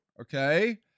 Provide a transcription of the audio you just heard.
okay